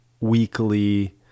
weekly